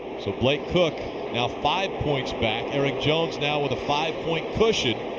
so blake koch now five points back. erik jones now with a five point cushion.